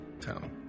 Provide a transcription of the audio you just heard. town